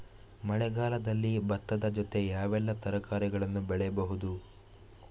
ಮಳೆಗಾಲದಲ್ಲಿ ಭತ್ತದ ಜೊತೆ ಯಾವೆಲ್ಲಾ ತರಕಾರಿಗಳನ್ನು ಬೆಳೆಯಬಹುದು?